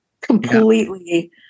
completely